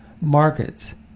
markets